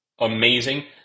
amazing